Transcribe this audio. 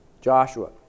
Joshua